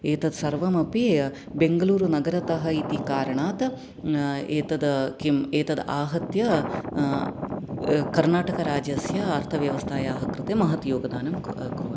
एतत् सर्वमपि बेङ्गलूरुनगरतः इति कारणात् एतत् किम् एतत् आहत्य कर्णाटकराज्यस्य अर्थव्यवस्थायाः कृते महत् योगदानं कुर्वन्ति